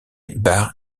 bar